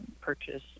purchase